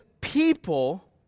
people